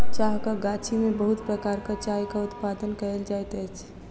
चाहक गाछी में बहुत प्रकारक चायक उत्पादन कयल जाइत अछि